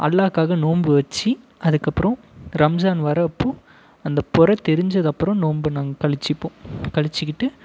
அல்லாவுக்காக நோன்பு வெச்சு அதுக்கப்பறம் ரம்ஸான் வர்ற அப்போ அந்த பொறை தெரிஞ்சது அப்பறம் நோன்ப நாங்க கழிச்சுப்போம் கழித்துகிட்டு